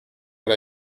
but